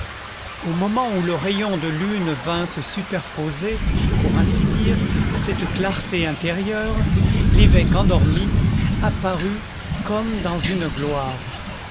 au moment où le rayon de lune vint se superposer pour ainsi dire à cette clarté intérieure l'évêque endormi apparut comme dans une gloire